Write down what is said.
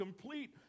complete